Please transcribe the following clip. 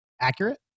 accurate